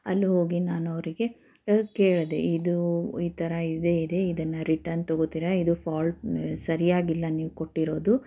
ಅಲ್ಲಿ ಹೋಗಿ ನಾನು ಅವರಿಗೆ ಕೇಳಿದೆ ಇದು ಈ ಥರ ಇದೆ ಇದೆ ಇದನ್ನು ರಿಟರ್ನ್ ತಗೋತೀರಾ ಇದು ಫಾಲ್ಟ್ ಸರಿಯಾಗಿಲ್ಲ ನೀವು ಕೊಟ್ಟಿರೋದು